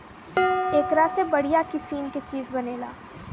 एकरा से बढ़िया किसिम के चीज बनेला